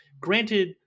Granted